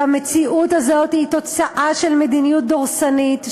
והמציאות הזאת היא תוצאה של מדיניות דורסנית,